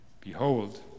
Behold